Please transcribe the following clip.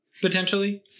potentially